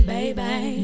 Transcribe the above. Baby